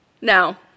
Now